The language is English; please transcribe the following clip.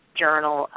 journal